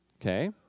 okay